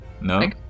No